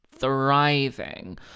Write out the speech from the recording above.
thriving